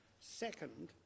Second